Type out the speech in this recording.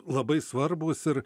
labai svarbūs ir